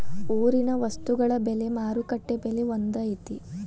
ಊರಿನ ವಸ್ತುಗಳ ಬೆಲೆ ಮಾರುಕಟ್ಟೆ ಬೆಲೆ ಒಂದ್ ಐತಿ?